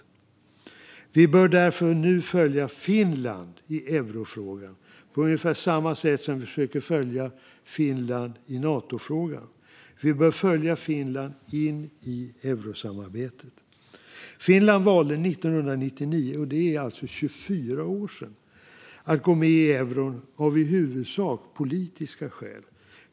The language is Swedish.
Vi bör därför nu följa Finland i eurofrågan på ungefär samma sätt som vi försöker följa Finland i Natofrågan. Vi bör följa Finland in i eurosamarbetet. Finland valde 1999, alltså för 24 år sedan, att gå med i euron av i huvudsak politiska skäl.